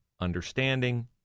Understanding